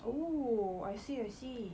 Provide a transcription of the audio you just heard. oh I see I see